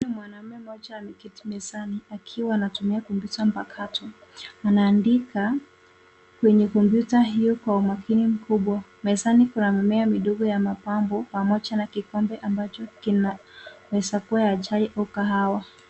Mwanamume mmoja ameketi mezani akiwa anatumia kumbi za mpakato. Anaandika kwenye kompyuta hiyo kwa umakini mkubwa. Mezani kuna mimea midogo ya mapambo pamoja na kikombe ambacho kinaweza kuwa ya chai au kahawa.